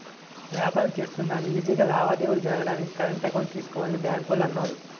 వ్యాపారం చేస్తున్నా అని ఈజీ గా లావాదేవీలు జరగడానికి కరెంట్ అకౌంట్ తీసుకోవాలని బాంకోల్లు అన్నారు